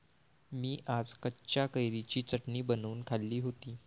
मी आज कच्च्या कैरीची चटणी बनवून खाल्ली होती